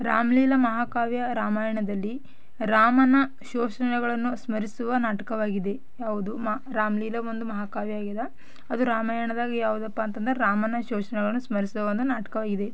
ರಾಮಲೀಲಾ ಮಹಾಕಾವ್ಯ ರಾಮಾಯಣದಲ್ಲಿ ರಾಮನ ಶೋಷಣೆಗಳನ್ನು ಸ್ಮರಿಸುವ ನಾಟಕವಾಗಿದೆ ಯಾವುದು ಮಾ ರಾಮಲೀಲಾ ಒಂದು ಮಹಾಕಾವ್ಯ ಆಗಿದೆ ಅದು ರಾಮಾಯಣದಾಗ ಯಾವ್ದಪ್ಪಾ ಅಂತಂದರೆ ರಾಮನ ಶೋಷಣೆಗಳನ್ನು ಸ್ಮರಿಸುವ ಒಂದು ನಾಟಕವಾಗಿದೆ